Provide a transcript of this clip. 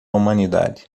humanidade